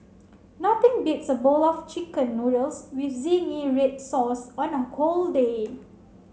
nothing beats a bowl of chicken noodles with zingy red sauce on a cold day